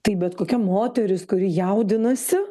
tai bet kokia moteris kuri jaudinasi